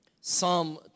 Psalm